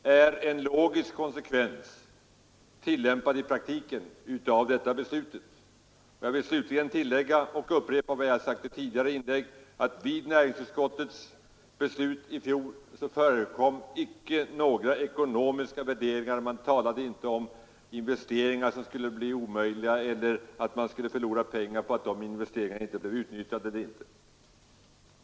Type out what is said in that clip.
Det är en logisk konsekvens — en praktisk tillämpning — av det beslutet. Jag vill slutligen tillägga och upprepa vad jag sagt i ett tidigare inlägg, nämligen att det vid näringsutskottets beslut i fjol icke förekom några ekonomiska värderingar. Man talade inte om investeringar som skulle bli omöjliga att utnyttja eller om att man skulle förlora pengar på att investeringar inte blev utnyttjade.